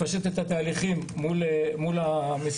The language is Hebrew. לפשט את התהליכים מול המשרדים.